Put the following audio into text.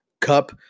Cup